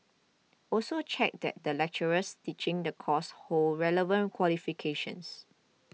also check that the lecturers teaching the course hold relevant qualifications